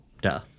Duh